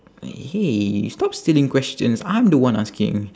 hey stop stealing questions I'm the one asking